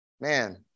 man